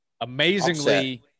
Amazingly